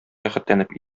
рәхәтләнеп